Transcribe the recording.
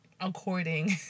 according